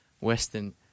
Western